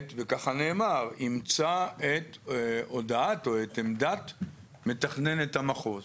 וככה נאמר, את הודעת או את עמדת מתכננת המחוז,